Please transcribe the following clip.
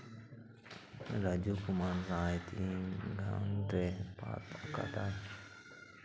ᱨᱟᱡᱩ ᱠᱩᱢᱟᱨ ᱨᱟᱭ ᱛᱤᱱ ᱜᱟᱭᱟᱱ ᱨᱮᱭ ᱯᱟᱴᱷ ᱟᱠᱟᱫᱟ